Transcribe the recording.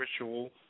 ritual